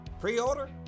Pre-order